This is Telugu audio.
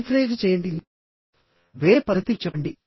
రీఫ్రేజ్ చేయండి వేరే పద్ధతిలో చెప్పండి